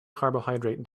carbohydrate